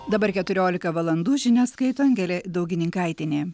dabar keturiolika valandų žinias skaito angelė daugininkaitienė